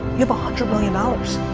you have a hundred million dollars.